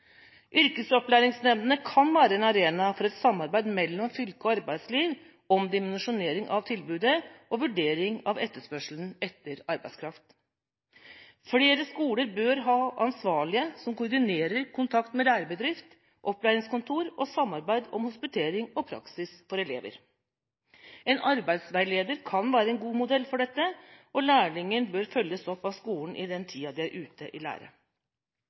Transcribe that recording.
Yrkesopplæringsnemndene kan være en arena for et samarbeid mellom fylke og arbeidsliv om dimensjonering av tilbudet og vurdering av etterspørselen etter arbeidskraft. Flere skoler bør ha ansvarlige som koordinerer kontakten med lærebedrift, opplæringskontor og samarbeid om hospitering og praksis for elever. En arbeidsveileder kan være en god modell for dette, og lærlingen bør følges opp av skolen i den tida de er ute i lære.